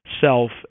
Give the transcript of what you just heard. self